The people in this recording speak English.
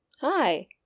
Hi